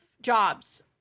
jobs